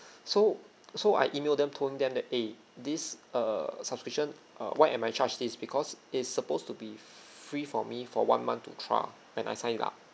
so so I email them told them that eh these err subscription uh why am I charged this because it's supposed to be free for me for one month to trial when I sign it up